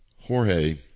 Jorge